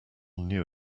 knew